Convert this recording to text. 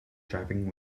driving